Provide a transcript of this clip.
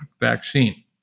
vaccine